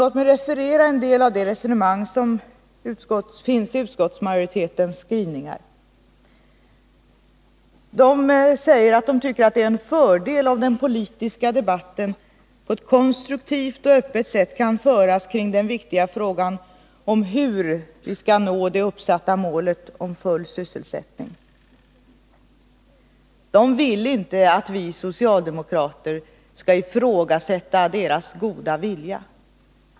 Låt mig referera en del av det resonemang som finns i utskottsmajoritetens skrivningar. De borgerliga i utskottet tycker att det är en fördel om den politiska debatten på ett konstruktivt och öppet sätt kan föras kring den viktiga frågan hur vi skall nå det uppsatta målet om full sysselsättning. De vill inte att vi socialdemokrater skall ifrågasätta deras goda vilja.